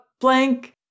blank